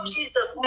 Jesus